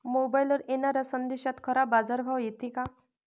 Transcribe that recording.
मोबाईलवर येनाऱ्या संदेशात खरा बाजारभाव येते का?